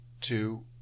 two